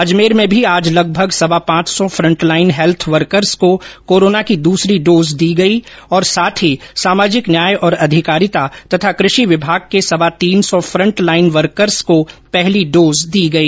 अजमेर में भी आज लगभग सवा पांच सौ फंटलाईन हैल्थ वर्कर्स को कोरोना की द्रसरी डोज दी गई तथा साथ ही सामाजिक न्याय और अधिकारिता तथा कृषि विभाग के सवा तीन सौ फंट लाईन वर्कर्स को पहली डोज दी गई